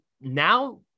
now